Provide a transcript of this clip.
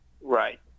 Right